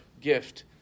gift